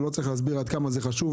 לא צריך להסביר עד כמה זה חשוב.